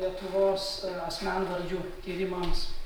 lietuvos asmenvardžių tyrimams